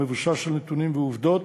המבוסס על נתונים ועובדות,